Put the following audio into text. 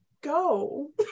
go